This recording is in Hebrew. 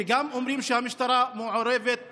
כי גם אומרים שהמשטרה מעורבת שם,